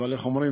אבל איך אומרים?